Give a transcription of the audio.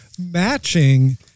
matching